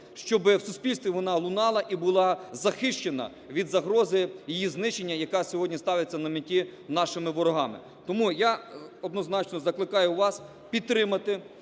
щоб в суспільстві вона лунала і була захищена від загрози її знищення, яка сьогодні ставиться на меті нашими ворогами. Тому я однозначно закликаю вас підтримати